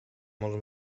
molts